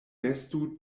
restu